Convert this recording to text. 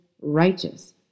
righteous